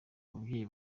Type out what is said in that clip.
ababyeyi